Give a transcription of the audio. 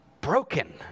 broken